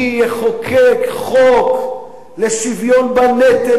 אני אחוקק חוק לשוויון בנטל,